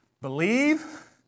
Believe